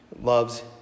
loves